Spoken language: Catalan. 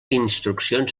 instruccions